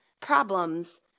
problems